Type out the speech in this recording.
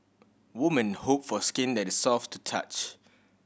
woman hope for skin that is soft to touch